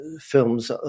films